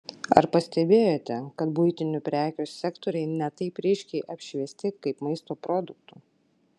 ar pastebėjote kad buitinių prekių sektoriai ne taip ryškiai apšviesti kaip maisto produktų